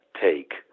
Take